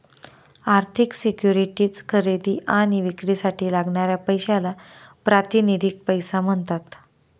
आर्थिक सिक्युरिटीज खरेदी आणि विक्रीसाठी लागणाऱ्या पैशाला प्रातिनिधिक पैसा म्हणतात